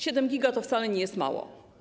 7 giga to wcale nie jest mało.